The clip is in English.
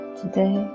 today